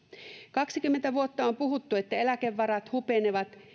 kaksikymmentä vuotta on puhuttu että eläkevarat hupenevat